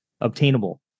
Obtainable